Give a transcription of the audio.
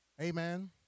amen